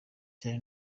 cyane